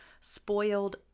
Spoiled